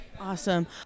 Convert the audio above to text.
Awesome